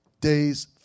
days